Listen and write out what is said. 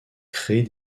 crée